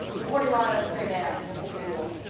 reporting live, um priya mann, local four.